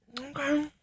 Okay